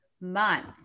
month